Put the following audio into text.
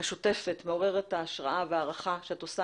השוטפת ומעוררת ההשראה וההערכה שאת עושה